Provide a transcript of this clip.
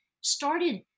started